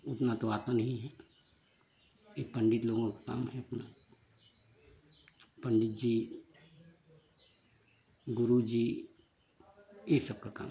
उतना तो आता नहीं है ये पंडित लोगों का काम है अपना पंडित जी गुरू जी ये सब का काम है